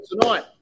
tonight